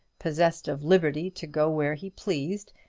possessed of liberty to go where he pleased,